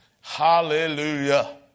Hallelujah